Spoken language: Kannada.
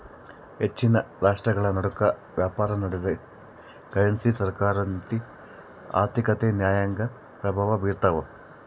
ಹೆಚ್ಚಿನ ರಾಷ್ಟ್ರಗಳನಡುಕ ವ್ಯಾಪಾರನಡೆದಾಗ ಕರೆನ್ಸಿ ಸರ್ಕಾರ ನೀತಿ ಆರ್ಥಿಕತೆ ನ್ಯಾಯಾಂಗ ಪ್ರಭಾವ ಬೀರ್ತವ